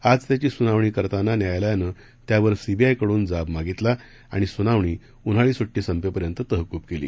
आज त्याची सुनावणी करताना न्यायालयानं त्यावर सीबीआयकडून जाब मागितला आणि सुनावणी उन्हाळी सुट्टी संपेपर्यंत तहकूब केली